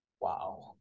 Wow